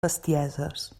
bestieses